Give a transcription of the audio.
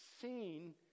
seen